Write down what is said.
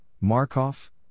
Markov